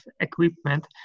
equipment